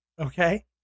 Okay